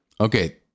Okay